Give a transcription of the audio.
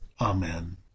Amen